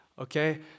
okay